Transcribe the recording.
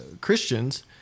Christians